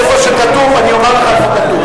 איפה שכתוב, אני אומר לך איפה כתוב.